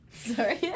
Sorry